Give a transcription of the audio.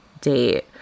date